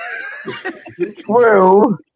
true